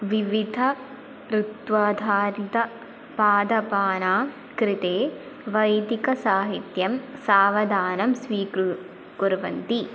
विविधरुत्वाधारितपादपानां कृते वैदिकसाहित्यं सावधानं स्वीकृत्य कुर्वन्ति